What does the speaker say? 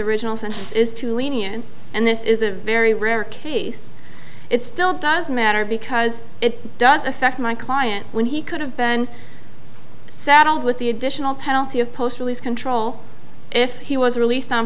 originals and is too lenient and this is a very rare case it still doesn't matter because it does affect my client when he could have been saddled with the additional penalty of post release control if he was released on